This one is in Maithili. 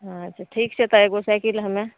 अच्छा ठीक छै तऽ एगो साइकिल हमे